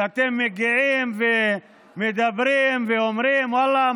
ואתם מגיעים ומדברים ואומרים: ואללה,